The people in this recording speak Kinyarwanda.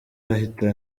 ahita